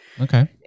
okay